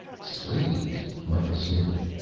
slaves! mikah snorted,